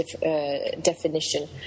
definition